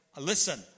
listen